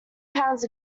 pounds